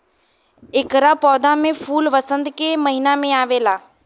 एकरा पौधा में फूल वसंत के महिना में आवेला